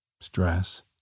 stress